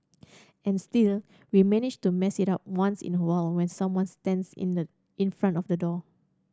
and still we manage to mess it up once in a while when someone stands in the in front of the door